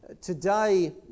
today